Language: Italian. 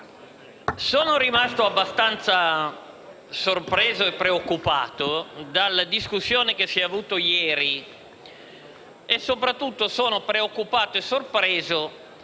sono rimasto abbastanza sorpreso e preoccupato dalla discussione che si è svolta nella giornata di ieri e, soprattutto, sono preoccupato e sorpreso